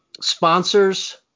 Sponsors